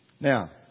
Now